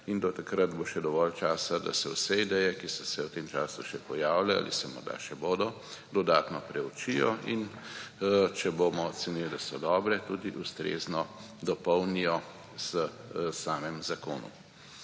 in do takrat bo še dovolj časa, da se vse ideje, ki so se v tem času še pojavile ali se morda še bodo, dodatno proučijo; in če bomo ocenili, da so dobre, tudi ustrezno dopolnijo v samem zakonu.